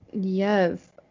Yes